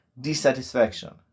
dissatisfaction